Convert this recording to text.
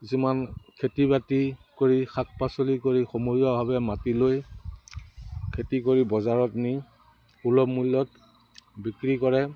যিমান খেতি বাতি কৰি শাক পাচলি কৰি সমজুৱাভাৱে মাটি লৈ খেতি কৰি বজাৰত নি সুলভ মূল্যত বিক্ৰী কৰে